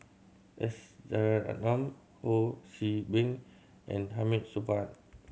S Rajaratnam Ho See Beng and Hamid Supaat